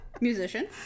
musician